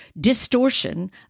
distortion